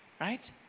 right